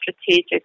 strategic